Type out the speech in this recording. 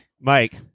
Mike